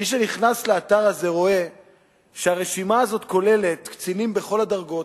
מי שנכנס לאתר הזה רואה שברשימה הזאת נכללים קצינים בכל הדרגות,